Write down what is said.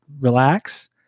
relax